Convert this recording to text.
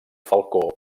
falcó